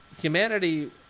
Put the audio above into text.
humanity